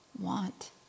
want